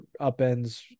upends